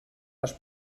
les